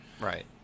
right